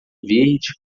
verde